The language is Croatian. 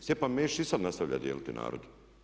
Stjepan Mesić i sad nastavlja dijeliti narod.